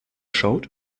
schaut